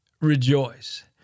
rejoice